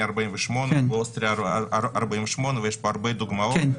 48 ובאוסטריה 48 ויש פה הרבה דוגמאות.